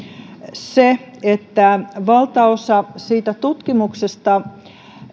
se että valtaosa siitä tutkimuksesta